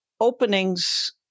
openings